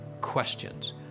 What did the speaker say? questions